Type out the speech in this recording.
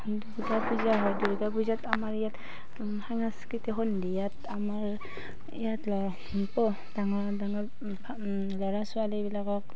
দূৰ্গা পূজা হয় দূৰ্গা পূজাত আমাৰ ইয়াত সাংস্কৃতিক সন্ধিয়াত আমাৰ ইয়াত ল'ৰা ডাঙৰ ডাঙৰ ল'ৰা ছোৱালীবিলাকক